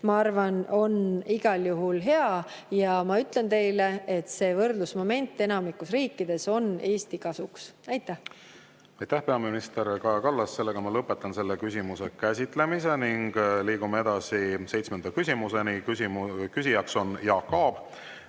ma arvan, on igal juhul hea. Ja ma ütlen teile, et see võrdlusmoment enamiku riikide puhul on Eesti kasuks. Aitäh, peaminister Kaja Kallas! Sellega ma lõpetan selle küsimuse käsitlemise. Liigume edasi seitsmenda küsimuseni. Küsija on Jaak Aab,